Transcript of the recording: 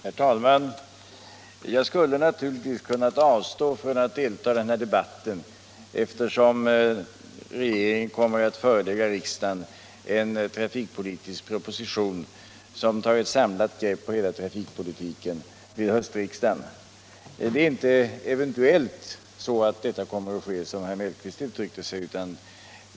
Herr talman! Jag skulle naturligtvis ha kunnat avstå från att delta i denna debatt eftersom regeringen kommer att förelägga riksdagen en trafikpolitisk proposition som tar ett samlat grepp på hela trafikpolitiken vid höstriksdagen. Detta kommer inte eventuellt att ske, som herr Mellqvist uttryckte sig.